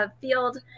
field